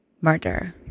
murder